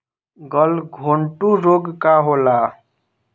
गलघोंटु रोग का होला?